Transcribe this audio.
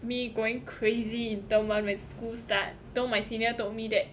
me going crazy in term one when school start though my senior told me that